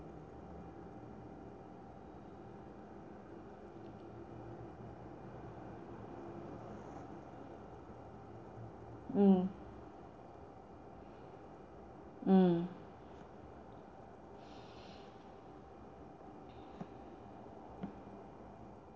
mm mm